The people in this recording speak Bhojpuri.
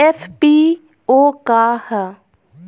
एफ.पी.ओ का ह?